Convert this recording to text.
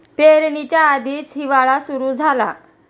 पेरणीच्या आधीच हिवाळा सुरू झाला